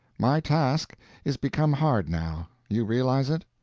my task is become hard now you realize it?